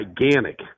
gigantic